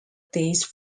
taste